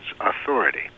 authority